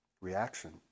reaction